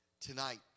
Tonight